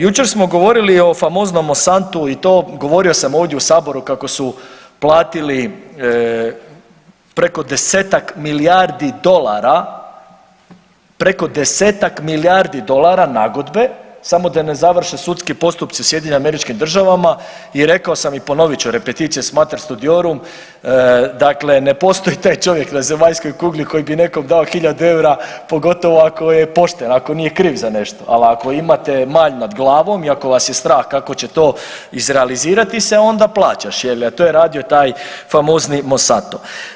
Jučer smo govorili o famoznom Monsantu i to, govorio sam ovdje u saboru kako su platili preko 10-tak milijardi dolara, preko 10-tak milijardi dolara nagodbe samo da ne završe sudski postupci u SAD i rekao sam i ponovit ću „repetitio est mater studiorum“, dakle ne postoji taj čovjek na zemaljskoj kugli koji bi nekom dao hiljadu eura, pogotovo ako je pošten ako nije kriv za nešto, al ako imate malj nad glavom i ako vas je strah kako će to izrealizirati se onda plaćaš je li, a to je radio taj famozni Monsanto.